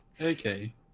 Okay